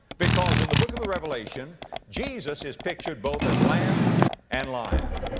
because in the book of the revelation jesus is pictured both as lamb and lion,